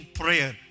prayer